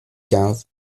quinze